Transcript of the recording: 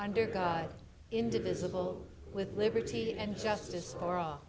under god indivisible with liberty and justice for